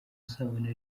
usabana